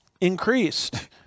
increased